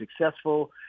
successful